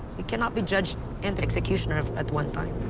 we cannot be judge and executioner at one time.